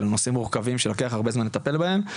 אלה נושאים מורכבים שלוקח הרבה זמן לטפל בהם.